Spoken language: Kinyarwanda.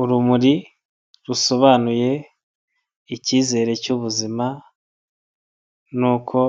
Urumuri rusobanuye icyizere cy'ubuzima n'uko